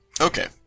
Okay